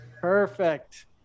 Perfect